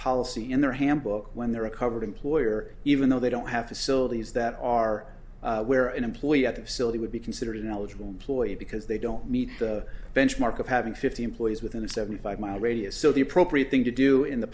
policy in their handbook when they're covered employer even though they don't have to sell these that are where an employee at the facility would be considered ineligible employee because they don't meet the benchmark of having fifty employees within a seventy five mile radius so the appropriate thing to do in the